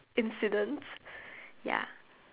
incident ya